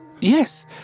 Yes